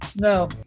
No